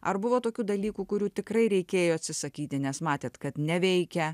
ar buvo tokių dalykų kurių tikrai reikėjo atsisakyti nes matėte kad neveikia